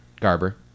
Garber